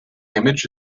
image